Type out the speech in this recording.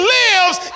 lives